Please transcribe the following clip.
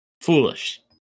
foolish